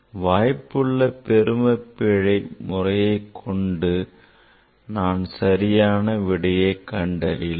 வாய்ப்புள்ள பெரும பிழை முறையை கொண்டும் நான் சரியான விடையை கண்டறியலாம்